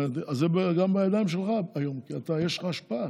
זאת אומרת, זה גם בידיים שלך היום כי יש לך השפעה.